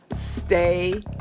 stay